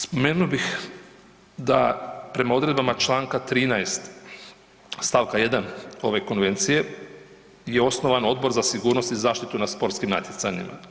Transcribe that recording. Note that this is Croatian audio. Spomenuo bih da prema odredbama čl. 13. st. 1 ove Konvencije je osnovan Odbor za sigurnost i zaštitu na sportskim natjecanjima.